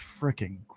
freaking